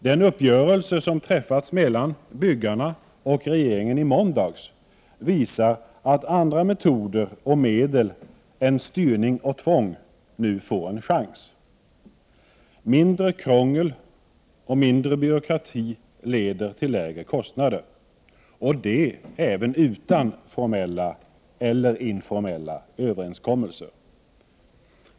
Den uppgörelse som träffades mellan byggarna och regeringen i måndags visar att andra metoder och medel än styrning och tvång nu får en chans. Mindre krångel och byråkrati leder till lägre kostnader, och det även utan formella eller informella överenskommelser.